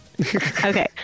okay